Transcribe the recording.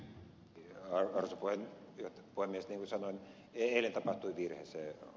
niin kuin sanoin eilen tapahtui virhe